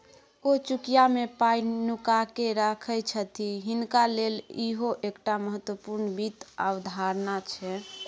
ओ चुकिया मे पाय नुकाकेँ राखय छथि हिनका लेल इहो एकटा महत्वपूर्ण वित्त अवधारणा छै